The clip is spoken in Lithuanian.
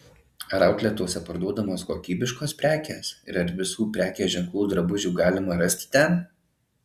ar autletuose parduodamos kokybiškos prekės ir ar visų prekės ženklų drabužių galima rasti ten